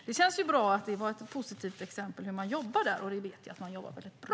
Det känns bra att det var ett positivt exempel, hur man jobbar där. Jag vet att man jobbar väldigt bra.